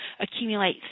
accumulate